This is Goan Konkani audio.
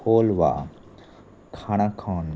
कोलवा काणकोण